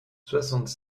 soixante